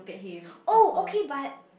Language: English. oh okay but